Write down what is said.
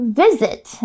visit